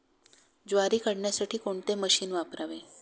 ज्वारी काढण्यासाठी कोणते मशीन वापरावे?